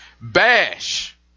Bash